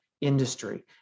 industry